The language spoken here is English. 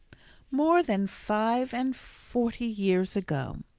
more than five and forty years ago.